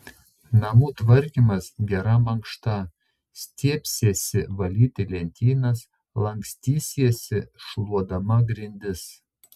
namų tvarkymas gera mankšta stiebsiesi valyti lentynas lankstysiesi šluodama grindis